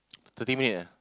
thirty minute eh